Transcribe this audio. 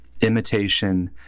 Imitation